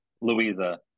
Louisa